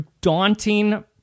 daunting